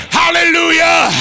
hallelujah